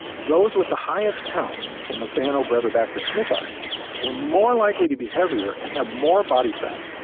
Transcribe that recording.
those with the highest counts of methanobrevibacter smithii were more likely to be heavier and have more body fat.